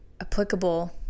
applicable